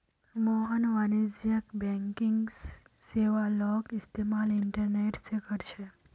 मोहन वाणिज्यिक बैंकिंग सेवालाक इस्तेमाल इंटरनेट से करछे